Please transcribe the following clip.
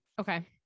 Okay